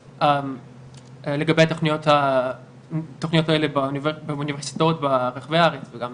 לגבי התוכניות האלה באוניברסיטאות ברחבי הארץ וגם